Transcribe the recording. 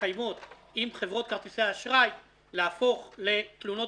שמתקיימות עם חברות כרטיסי האשראי להפוך לתלונות